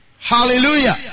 Hallelujah